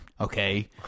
Okay